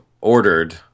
ordered